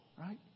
right